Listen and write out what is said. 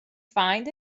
find